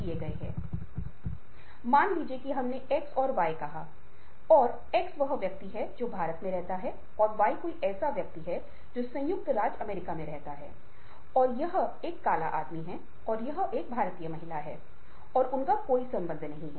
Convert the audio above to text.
और जब गोलेमैन ने HBR १ ९९ में एक लेख प्रकाशित किया तब उन्होंने भावनाओं के विभिन्न आयामों की पहचान की है और ये सक्षम मॉडल में विश्वास करते हैं और ये विभिन्न आयाम हैं जिनका हमने पहले उल्लेख किया